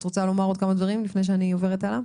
את רוצה לומר עוד כמה דברים לפני שאני עוברת הלאה?